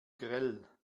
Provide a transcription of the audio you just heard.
grell